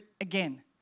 again